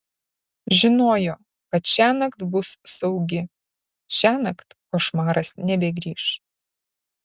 žinojo kad šiąnakt bus saugi šiąnakt košmaras nebegrįš